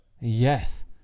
Yes